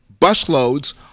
busloads